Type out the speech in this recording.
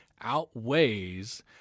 outweighs